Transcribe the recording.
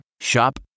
Shop